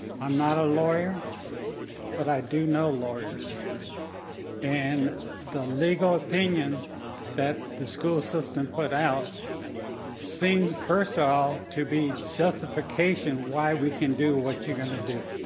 i'm not a lawyer but i do know lawyers and the legal opinion that the school system put out seems first of all to be justification why we can do what you're gonna do.